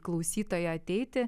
klausytoją ateiti